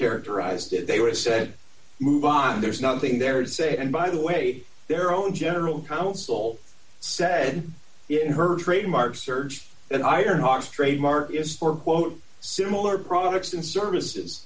characterized it they were said move on there's nothing there to say and by the way their own general counsel said in her trademark search and iron hawks trademark or quote similar products and services